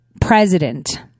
president